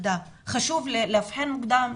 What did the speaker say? חשוב לאבחן מוקדם,